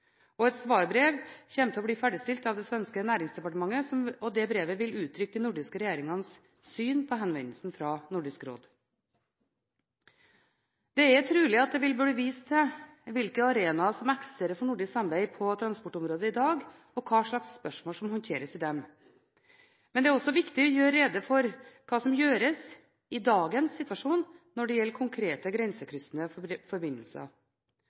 Et svarbrev kommer til å bli ferdigstilt av det svenske Näringsdepartementet. Dette brevet vil uttrykke de nordiske regjeringenes syn på henvendelsen fra Nordisk råd. Det er trolig at det der vil bli vist til hvilke arenaer som eksisterer for nordisk samarbeid på transportområdet i dag, og hva slags spørsmål som håndteres i dem. Men det er også viktig å gjøre rede for hva som gjøres i dagens situasjon når det gjelder konkrete grensekryssende forbindelser.